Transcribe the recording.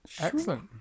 Excellent